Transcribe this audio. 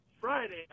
Friday